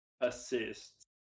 assists